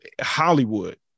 Hollywood